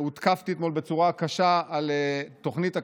והותקפתי אתמול בצורה קשה על תוכנית הכשרות,